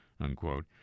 unquote